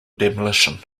demolition